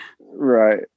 right